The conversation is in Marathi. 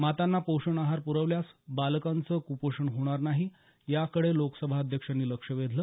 मातांना पोषण आहार प्रवल्यास बालकांचं कुपोषण होणार नाही याकडे लोकसभाध्यक्षांनी लक्ष वेधलं